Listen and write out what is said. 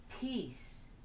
peace